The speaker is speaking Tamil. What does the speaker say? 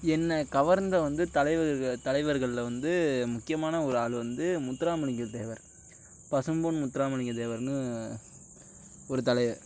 என்னை கவர்ந்த வந்து தலைவர்கள் தலைவர்களில் வந்து முக்கியமான ஒரு ஆள் வந்து முத்துராமலிங்க தேவர் பசும்பொன் முத்துராமலிங்க தேவர்னு ஒரு தலைவர்